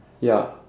ya